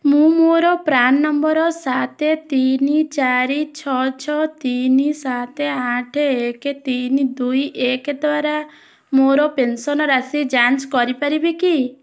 ମୁଁ ମୋର PRAN number ସାତେ ତିନି ଚାରି ଛଅ ଛଅ ତିନି ସାତେ ଆଠେ ଏକେ ତିନି ଦୁଇ ଏକେ ଦ୍ଵାରା ମୋର ପେନ୍ସନ୍ ରାଶି ଯାଞ୍ଚ କରି ପାରିବି କି